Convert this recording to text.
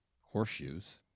Horseshoes